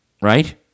right